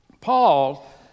Paul